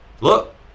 look